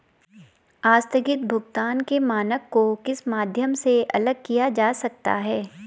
आस्थगित भुगतान के मानक को किस माध्यम से अलग किया जा सकता है?